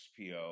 XPO